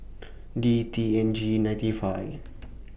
D T N G ninety five